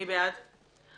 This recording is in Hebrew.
מי בעד?